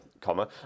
comma